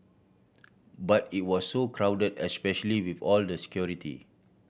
but it was so crowded especially with all the security